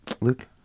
Luke